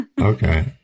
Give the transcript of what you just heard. Okay